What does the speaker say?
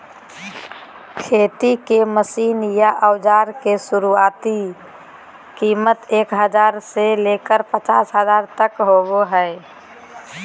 खेती के मशीन या औजार के शुरुआती कीमत एक हजार से लेकर पचास हजार तक होबो हय